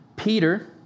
Peter